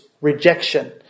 rejection